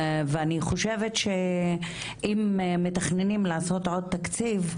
ואני חושבת שאם מתכננים לעשות עוד תקציב,